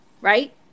right